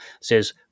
says